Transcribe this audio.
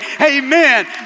Amen